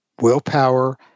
willpower